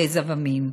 גזע ומין.